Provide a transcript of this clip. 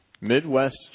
Midwest